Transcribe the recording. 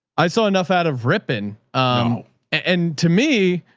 i saw enough out of ripping and to me,